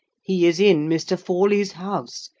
he is in mr. forley's house,